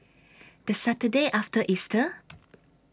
The Saturday after Easter